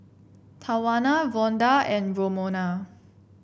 Tawana Vonda and Romona